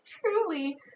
truly